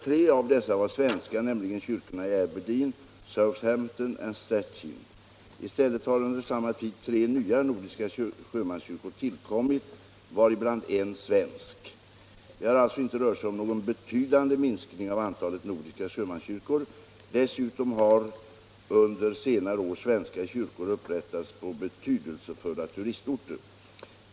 Tre av dessa var svenska, nämligen kyrkorna i Aberdeen, Southampton och Szcezecin. I stället har under samma tid tre nya nordiska sjömanskyrkor tillkommit, varibland en svensk. Det har alltså inte rört sig om någon betydande minskning av antalet nordiska sjömanskyrkor. Dessutom har under senare år svenska kyrkor upprättats på betydelsefulla turistorter.